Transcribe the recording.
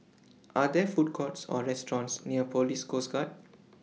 Are There Food Courts Or restaurants near Police Coast Guard